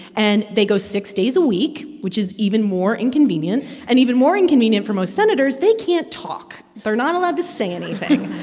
and they go six days a week, which is even more inconvenient. and even more inconvenient for most senators, they can't talk. they're not allowed to say anything,